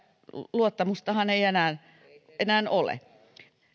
luottamustahan ei enää enää ole